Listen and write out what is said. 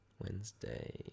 Wednesday